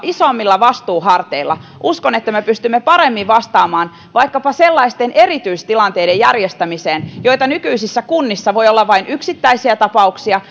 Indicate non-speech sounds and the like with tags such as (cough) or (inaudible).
isommilla vastuuharteilla me pystymme paremmin vastaamaan vaikkapa sellaisten erityistilanteiden järjestämiseen joita nykyisissä kunnissa voi olla vain yksittäisiä tapauksia (unintelligible)